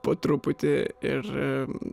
po truputį ir